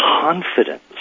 confidence